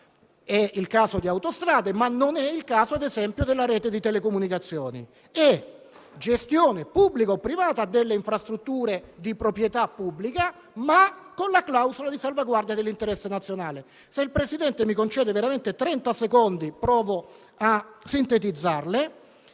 è il caso di Autostrade, ma non è il caso, ad esempio, della rete di telecomunicazioni. Chiediamo inoltre la gestione pubblica o privata delle infrastrutture di proprietà pubblica, ma con la clausola di salvaguardia dell'interesse nazionale. Se il Presidente mi concede soltanto 30 secondi, provo a sintetizzare